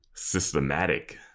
systematic